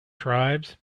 tribes